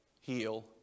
heal